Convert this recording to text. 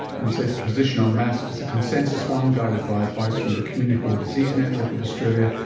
and he says the position on masks is a consensus one guided by advice from the communicable diseases network of australia,